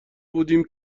بودیم